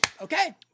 okay